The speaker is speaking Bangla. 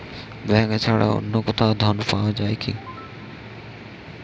ব্যাঙ্ক ছাড়া অন্য কোথাও ঋণ পাওয়া যায় কি?